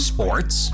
Sports